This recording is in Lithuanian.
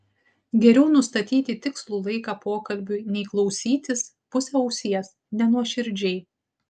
geriau nustatyti tikslų laiką pokalbiui nei klausytis puse ausies nenuoširdžiai